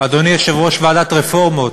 אדוני יושב-ראש ועדת הרפורמות,